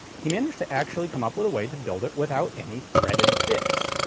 he managed to actually come up with a way to build it without any threaded bits.